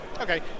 Okay